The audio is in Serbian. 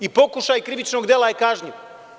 I pokušaj krivičnog dela je kažnjiv.